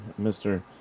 Mr